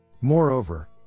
Moreover